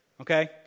okay